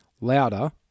louder